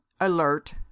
alert